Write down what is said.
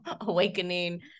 awakening